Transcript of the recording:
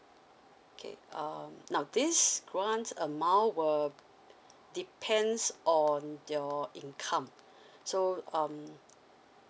okay um now this grant amount will depends on your income so um